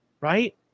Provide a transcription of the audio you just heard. right